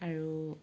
আৰু